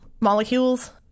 molecules